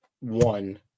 one